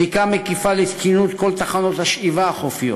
בדיקה מקיפה של תקינות כל תחנות השאיבה החופיות.